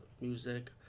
music